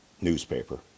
newspaper